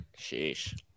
sheesh